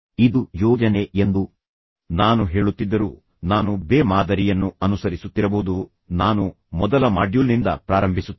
ಇದು ಯೋಜನೆ ಎಂದು ನಾನು ಹೇಳುತ್ತಿದ್ದರೂ ನಾನು ಬೇರೆ ಮಾದರಿಯನ್ನು ಅನುಸರಿಸುತ್ತಿರಬಹುದು ನಾನು ಮೊದಲ ಮಾಡ್ಯೂಲ್ನಿಂದ ಪ್ರಾರಂಭಿಸುತ್ತೇನೆ